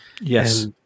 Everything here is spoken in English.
Yes